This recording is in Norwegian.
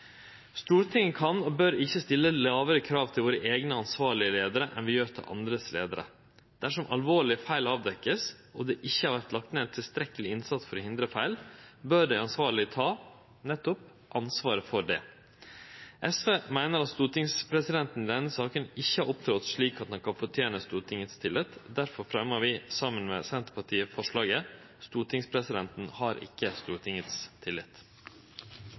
Stortinget kan og bør ikkje stille lågare krav til sine eigne ansvarlege leiarar enn det gjer til andre leiarar. Dersom alvorlege feil vert avdekte og det ikkje har vore lagt ned tilstrekkeleg innsats for å hindre feil, bør dei ansvarlege nettopp ta ansvaret for det. SV meiner at stortingspresidenten i denne saka ikkje har opptredd slik at han kan fortene Stortingets tillit, og difor fremjar vi saman med Senterpartiet forslaget «Stortingspresidenten har ikke Stortingets tillit».